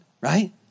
Right